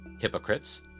Hypocrites